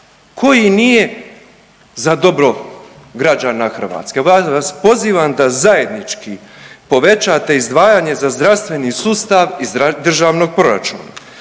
koji nije za dobro građana Hrvatske. … pozivam da zajednički povećate izdvajanje za zdravstveni sustav iz državnog proračuna.